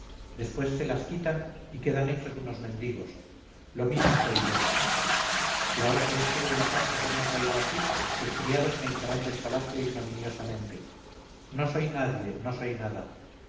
después se las quitan y quedan hechos unos mendigos lo mismo soy yo si ahora se descubre la farsa que me ha traído aquí tus criados me echarán del palacio ignominiosamente no soy nadie no soy nada